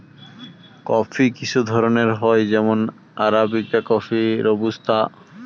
coffee কিসু ধরণের হই যেমন আরাবিকা কফি, রোবুস্তা